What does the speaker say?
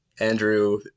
Andrew